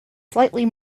slightly